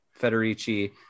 Federici